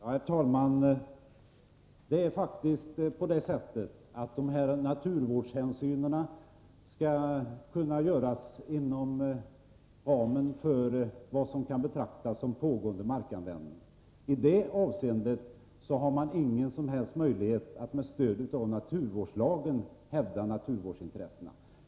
Herr talman! Det är faktiskt så att dessa naturvårdshänsyn skall kunna tas inom ramen för vad som kan betraktas som pågående markanvändning. I det avseendet har man ingen som helst möjlighet att med stöd av naturvårdslagen hävda naturvårdsintressena.